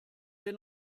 wir